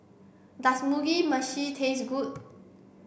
does Mugi Meshi taste good